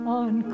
on